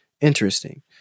Interesting